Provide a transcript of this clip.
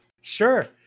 Sure